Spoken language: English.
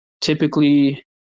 typically